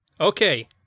Okay